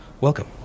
welcome